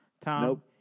Tom